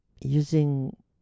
using